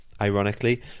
ironically